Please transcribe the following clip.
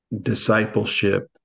discipleship